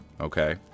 Okay